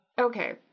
okay